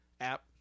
app